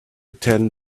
ten